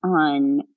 on